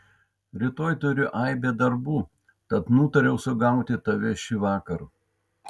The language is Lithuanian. rytoj turiu aibę darbų tad nutariau sugauti tave šįvakar